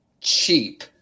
cheap